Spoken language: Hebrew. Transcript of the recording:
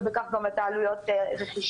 ובכך גם את עלויות הרכישה.